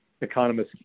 economists